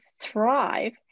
Thrive